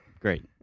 Great